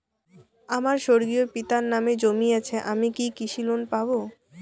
আমার স্বর্গীয় পিতার নামে জমি আছে আমি কি কৃষি লোন পাব?